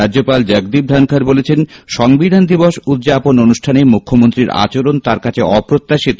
রাজ্যপাল জগদীপ ধনখড় বলেছেন সংবিধান দিবস অনুষ্ঠানে ম্যখ্যমন্ত্রীর আচরণ তাঁর কাছে অপ্রত্যাশিত